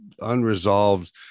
unresolved